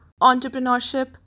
entrepreneurship